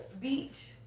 Beach